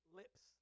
lips